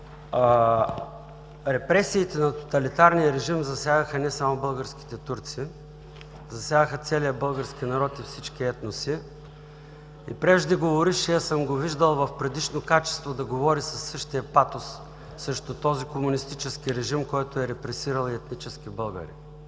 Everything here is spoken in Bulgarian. репресиите на тоталитарния режим засягаха не само българските турци – засягаха целия български народ и всички етноси. Преждеговорившия съм го виждал в предишно качество да говори със същия патос срещу този комунистически режим, който е репресирал и етнически българи,